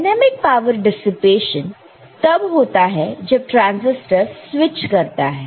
dynamic power dissipation तब होता है जब ट्रांसिस्टर स्विच करता है